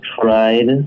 tried